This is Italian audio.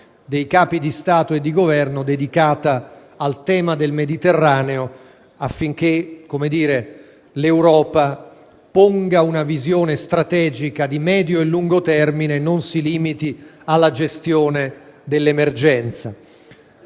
dei Capi di Stato e di Governo dedicata al tema del Mediterraneo, affinché l'Europa ponga una visione strategica di medio e lungo termine, e non si limiti alla gestione dell'emergenza.